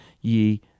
ye